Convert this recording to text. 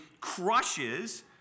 crushes